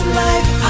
life